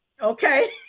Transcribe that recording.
Okay